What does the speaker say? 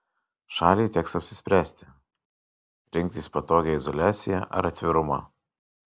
šaliai teks apsispręsti rinktis patogią izoliaciją ar atvirumą